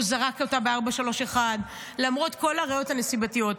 והוא זרק אותה ב-431, למרות כל הראיות הנסיבתיות.